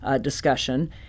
discussion